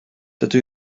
dydw